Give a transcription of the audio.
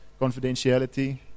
confidentiality